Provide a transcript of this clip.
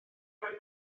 rhoi